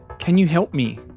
can you help me?